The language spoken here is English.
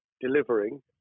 delivering